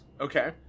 Okay